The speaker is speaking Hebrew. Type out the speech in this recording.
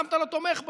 למה אתה לא תומך בה?